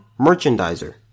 Merchandiser